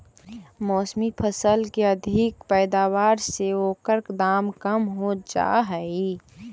मौसमी फसल के अधिक पैदावार से ओकर दाम कम हो जाऽ हइ